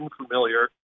unfamiliar